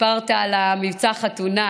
סיפרת על מבצע החתונה,